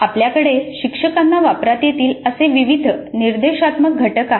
आपल्याकडे शिक्षकांना वापरता येतील असे विविध निर्देशात्मक घटक आहेत